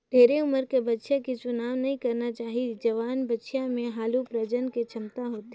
ढेरे उमर के बछिया के चुनाव नइ करना चाही, जवान बछिया में हालु प्रजनन के छमता होथे